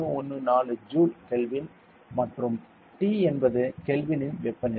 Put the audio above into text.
314 joule kelvin மற்றும் T என்பது கெல்வினில் வெப்பநிலை